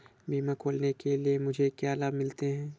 बीमा खोलने के लिए मुझे क्या लाभ मिलते हैं?